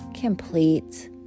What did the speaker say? complete